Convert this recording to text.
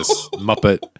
Muppet